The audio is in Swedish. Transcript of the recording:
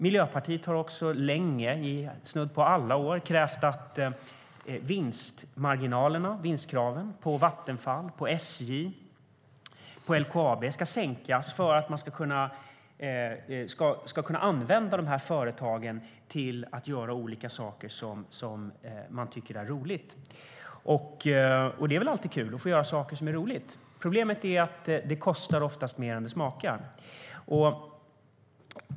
Miljöpartiet har också länge - i snudd på alla år - krävt att vinstmarginalerna och vinstkraven på Vattenfall, på SJ och på LKAB ska sänkas för att man ska kunna använda dessa företag till att göra olika saker som man tycker är roliga. Och det är väl alltid kul att få göra saker som är roligt! Problemet är att det oftast kostar mer än det smakar.